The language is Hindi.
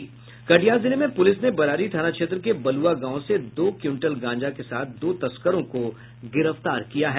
कटिहार जिले में पूलिस ने बरारी थाना क्षेत्र के बलुआ गांव से दो क्यिटल गांजा के साथ दो तस्करों को गिरफ्तार किया है